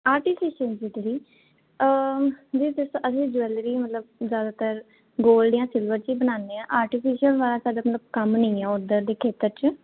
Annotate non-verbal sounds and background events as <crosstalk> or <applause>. artificial jewellery <unintelligible> ਅਸੀਂ jewellery ਮਤਲਬ ਜ਼ਿਆਦਾਕਰ ਗੋਲਡ ਜਾਂ ਸਿਲਵਰ 'ਚ ਈ ਬਣਾਉਂਦੇ ਹਾਂ ਆਰਟੀਫਿਸ਼ਲ ਵਾਲਾ ਸਾਡਾ ਮਤਲਬ ਕੰਮ ਨਹੀਂ ਆ ਉੱਧਰ ਦੇ ਖੇਤਰ 'ਚ